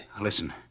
listen